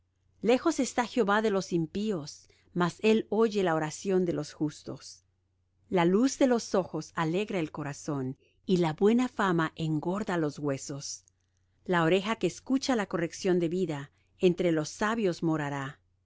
lejos está jehová de los impíos mas él oye la oración de los justos la luz de los ojos alegra el corazón y la buena fama engorda los huesos la oreja que escucha la corrección de vida entre los sabios morará